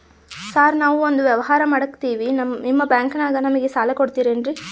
Sir ನಾವು ಒಂದು ವ್ಯವಹಾರ ಮಾಡಕ್ತಿವಿ ನಿಮ್ಮ ಬ್ಯಾಂಕನಾಗ ನಮಿಗೆ ಸಾಲ ಕೊಡ್ತಿರೇನ್ರಿ?